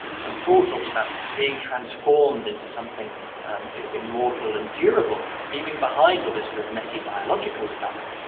so paul talks about being transformed into something um immortal and durable, leaving behind all this sort of messy biological stuff.